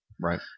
right